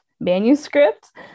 manuscript